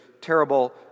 terrible